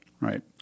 Right